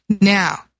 Now